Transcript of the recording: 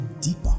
deeper